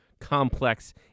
complex